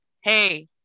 hey